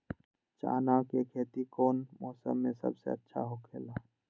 चाना के खेती कौन मौसम में सबसे अच्छा होखेला?